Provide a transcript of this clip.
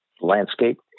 landscape